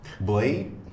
Blade